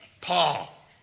Paul